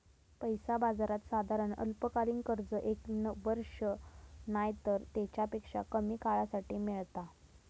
पैसा बाजारात साधारण अल्पकालीन कर्ज एक वर्ष नायतर तेच्यापेक्षा कमी काळासाठी मेळता